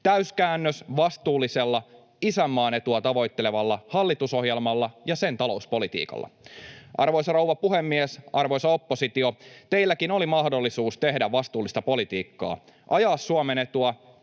täyskäännös vastuullisella, isänmaan etua tavoittelevalla hallitusohjelmalla ja sen talouspolitiikalla. Arvoisa rouva puhemies! Arvoisa oppositio, teilläkin oli mahdollisuus tehdä vastuullista politiikkaa, ajaa Suomen etua,